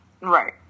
Right